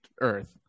Earth